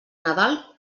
nadal